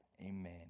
amen